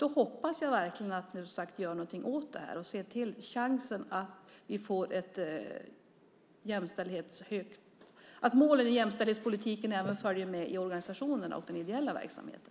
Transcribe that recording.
Då hoppas jag verkligen, som sagt, att ni gör någonting åt det här och ser till att målen i jämställdhetspolitiken även följer med i organisationerna och den ideella verksamheten.